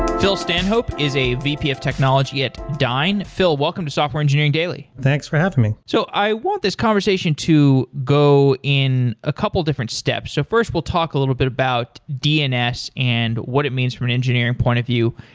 phil stanhope is a vp of technology at dyn. phil, welcome to software engineering daily. thanks for having me. so i want this conversation to go in a couple different steps. so first, we'll talk a bit about dns and what it means for an engineering point of view.